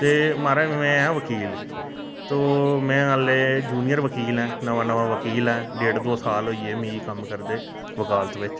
ते माराज में आं बकील तो में हाल्ली यूनियर वकील आं नमां नमां बकील आं डेढ दो साल होइ ए मिं एह् कम्म करदे वकालत बिच